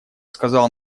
сказал